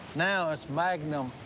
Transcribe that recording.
now it's magnum,